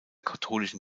katholischen